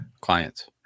clients